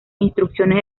instrucciones